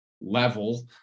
level